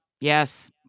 Yes